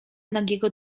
nagiego